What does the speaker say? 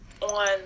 on